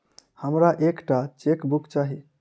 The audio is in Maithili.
हमरा एक टा चेकबुक चाहि